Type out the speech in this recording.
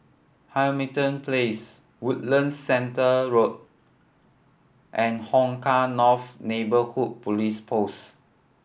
Hamilton Place Woodlands Center Road and Hong Kah North Neighbourhood Police Post